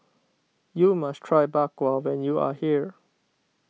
you must try Bak Kwa when you are here